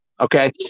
okay